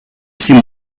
cinc